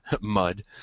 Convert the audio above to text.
mud